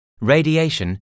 radiation